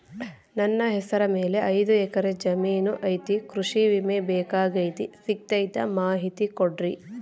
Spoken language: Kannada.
ನನ್ನ ಹೆಸರ ಮ್ಯಾಲೆ ಐದು ಎಕರೆ ಜಮೇನು ಐತಿ ಕೃಷಿ ವಿಮೆ ಬೇಕಾಗೈತಿ ಸಿಗ್ತೈತಾ ಮಾಹಿತಿ ಕೊಡ್ರಿ?